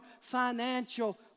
financial